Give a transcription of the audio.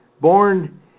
born